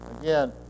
Again